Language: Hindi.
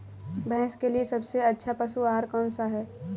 भैंस के लिए सबसे अच्छा पशु आहार कौन सा है?